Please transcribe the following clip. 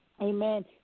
Amen